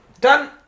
done